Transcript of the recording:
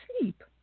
sleep